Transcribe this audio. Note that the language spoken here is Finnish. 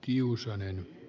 juuson